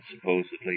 supposedly